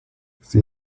sie